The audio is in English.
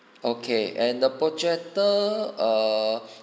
okay and the projector err